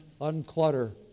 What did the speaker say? Unclutter